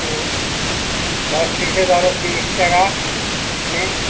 ও দশ পিসে ধর তিরিশ টাকা চেন